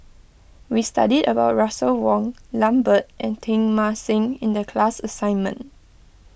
we studied about Russel Wong Lambert and Teng Mah Seng in the class assignment